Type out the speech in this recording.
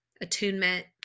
attunement